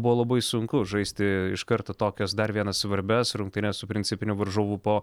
buvo labai sunku žaisti iš karto tokias dar vienas svarbias rungtynes su principiniu varžovu po